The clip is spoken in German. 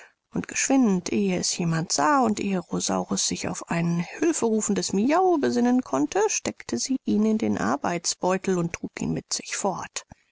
und geschwind ehe es jemand sah und ehe rosaurus sich auf ein hülferufendes miau besinnen konnte steckte sie ihn in den arbeitsbeutel und trug ihn mit sich fort